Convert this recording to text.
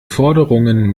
forderungen